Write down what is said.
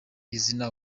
izina